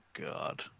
god